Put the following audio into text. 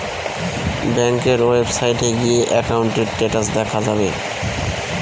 ব্যাঙ্কের ওয়েবসাইটে গিয়ে একাউন্টের স্টেটাস দেখা যাবে